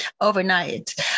overnight